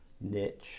niche